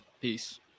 Peace